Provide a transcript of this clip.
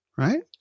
Right